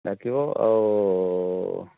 ଡାକିବ ଆଉ